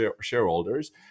shareholders